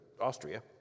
Austria